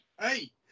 hey